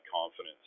confidence